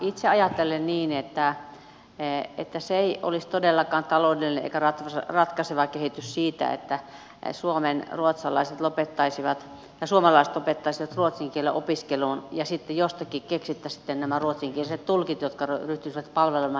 itse ajattelen niin että se ei olisi todellakaan taloudellinen eikä ratkaiseva kehitys että suomalaiset lopettaisivat ruotsin kielen opiskelun ja sitten jostakin keksittäisiin nämä ruotsinkieliset tulkit jotka ryhtyisivät palvelemaan ihmisiä